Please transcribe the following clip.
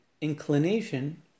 inclination